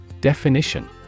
Definition